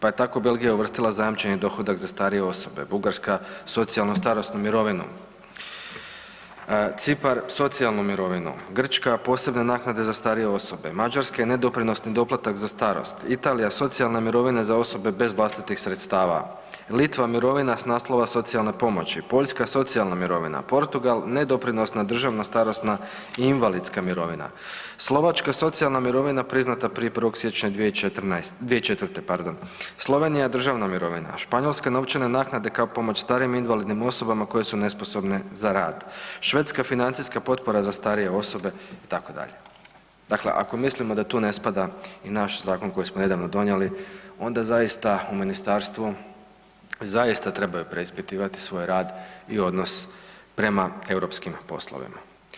Pa tako Belgija je uvrstila zajamčeni dohodak za starije osobe, Bugarska socijalnu starost i mirovinu, Cipar socijalnu mirovinu, Grčka posebne naknade za starije osobe, Mađarska ne doprinosni doplatak za starost, Italija socijalne mirovine za osobe bez vlastitih sredstava, Litva mirovina s naslova socijalne pomoći, Poljska socijalne mirovine, Portugal ne doprinosna državna starosna i invalidska mirovina, Slovačka socijalna mirovina priznata prije 1.siječnja 2004., Slovenija državna mirovina, Španjolska novčane naknade kao pomoć starijim invalidnim osobama koje su nesposobne za rad, Švedska financijska potpora za starije osobe itd. dakle ako mislimo da tu ne spada i naš zakon koji smo nedavno donijeli onda zaista u ministarstvu zaista trebaju preispitivati svoj rad i odnos prema europskim poslovima.